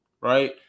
right